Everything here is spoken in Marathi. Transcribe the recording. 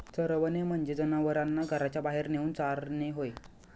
चरवणे म्हणजे जनावरांना घराच्या बाहेर नेऊन चारणे होय